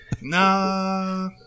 Nah